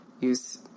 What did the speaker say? use